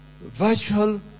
virtual